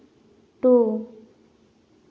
two